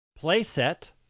Playset